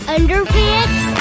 Underpants